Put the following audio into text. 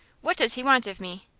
what does he want of me?